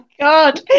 God